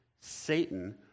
Satan